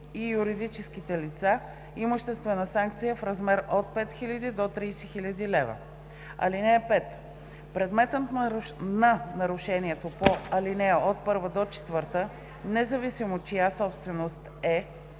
и юридическите лица – имуществена санкция в размер от 5000 до 30 000 лв. (5) Предметът на нарушението по ал. 1 – 4, независимо чия собственост е,